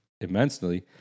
immensely